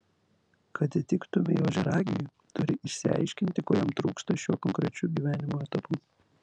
kad įtiktumei ožiaragiui turi išsiaiškinti ko jam trūksta šiuo konkrečiu gyvenimo etapu